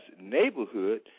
neighborhood